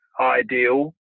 ideal